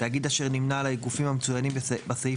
תאגיד אשר נמנה על הגופים המצוינים בסעיף